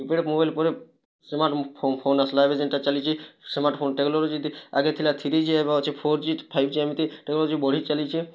keypad mobile ପରେ smart phone ଆସିଲା ଏବେ ଯେମ୍ତା ସ୍ମାର୍ଟଫୋନ୍ ଟେକ୍ନୋଲୋଜି ଆଗେ ଥିଲା ଥ୍ରିି ଜି ଏବେ ଅଛି ଫୋର୍ ଜି ଫାଇଭ୍ ଜି ଏମିତି ଟେକ୍ନୋଲୋଜି ବଢ଼ି ଚାଲିଛି